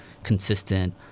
consistent